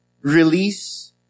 release